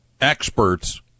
experts